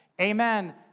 Amen